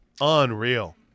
Unreal